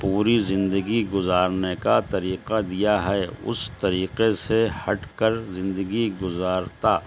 پوری زندگی گزارنے کا طریقہ دیا ہے اس طریقے سے ہٹ کر زندگی گزارتا